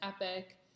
epic